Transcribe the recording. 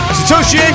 Satoshi